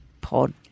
pod